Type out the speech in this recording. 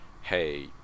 hey